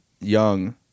young